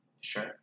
Sure